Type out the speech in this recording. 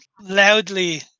loudly